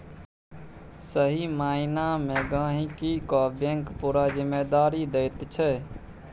सही माइना मे गहिंकी केँ बैंक पुरा जिम्मेदारी दैत छै